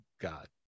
God